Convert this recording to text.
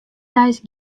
deis